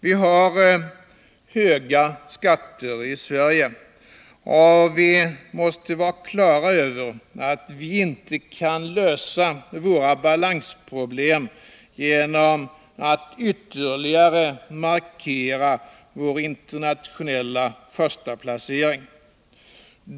Vi har höga skatter i Sverige, och vi måste vara på det klara med att vi inte kan lösa våra balansproblem genom att ytterligare markera vår internationella förstaplacering.